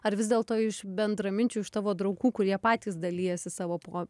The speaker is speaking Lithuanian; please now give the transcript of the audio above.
ar vis dėlto iš bendraminčių iš tavo draugų kurie patys dalijasi savo po